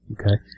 Okay